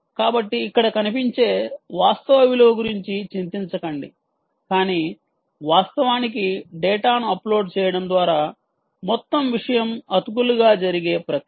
కాబట్టి ఇక్కడ కనిపించే వాస్తవ విలువ గురించి చింతించకండి కానీ వాస్తవానికి డేటాను అప్లోడ్ చేయడం ద్వారా మొత్తం విషయం అతుకులుగా జరిగే ప్రక్రియ